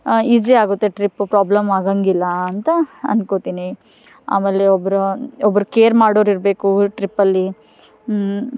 easy ಆಗುತ್ತೆ trip problem ಆಗಂಗಿಲ್ಲ ಅಂತ ಅಂದ್ಕೋತೀನಿ ಆಮೇಲೆ ಒಬ್ಬರು ಒಬ್ಬರು ಕೇರ್ ಮಾಡೋರು ಇರಬೇಕು ಟ್ರಿಪ್ಪಲ್ಲಿ ಹ್ಞೂ